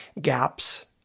gaps